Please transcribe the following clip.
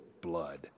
blood